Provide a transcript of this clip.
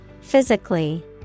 Physically